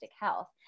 health